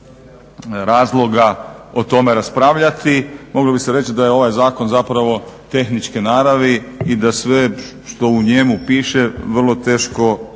razloga o tome raspravljati. Moglo bi se reći da je ovaj zakon zapravo tehničke naravi i da sve što u njemu piše vrlo teško